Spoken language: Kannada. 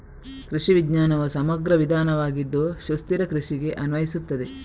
ಕೃಷಿ ವಿಜ್ಞಾನವು ಸಮಗ್ರ ವಿಧಾನವಾಗಿದ್ದು ಸುಸ್ಥಿರ ಕೃಷಿಗೆ ಅನ್ವಯಿಸುತ್ತದೆ